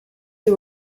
you